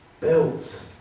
built